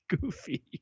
goofy